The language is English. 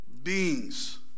beings